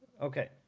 Okay